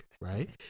right